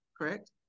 correct